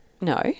No